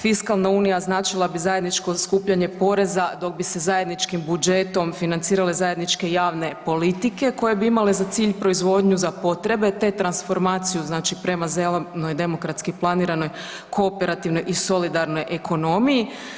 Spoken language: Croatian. Fiskalna unija značila bi zajedničko skupljanje poreza dok bi se zajedničkim budžetom financirale zajedničke javne politike koje bi imale za cilj proizvodnju za potrebe te transformaciju znači prema zelenoj demokratski planiranoj kooperativnoj i solidarnoj ekonomiji.